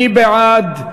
מי בעד?